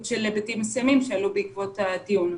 של היבטים מסוימים שעלו בעקבות הדיון,